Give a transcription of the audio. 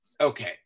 Okay